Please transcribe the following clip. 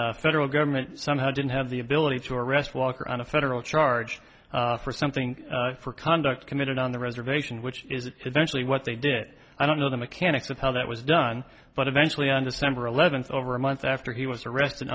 federal government somehow didn't have the ability to arrest walker on a federal charge for something for conduct committed on the reservation which is it eventually what they did it i don't know the mechanics of how that was done but eventually on december eleventh over a month after he was arrested